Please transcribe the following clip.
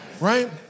right